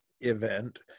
event